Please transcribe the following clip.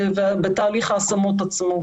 ובתהליך ההשמות עצמו.